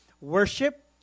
worship